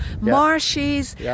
marshes